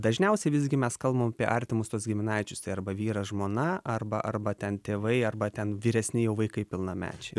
dažniausiai visgi mes kalbam apie artimus tuos giminaičius tai arba vyras žmona arba arba ten tėvai arba ten vyresni jau vaikai pilnamečiai